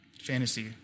fantasy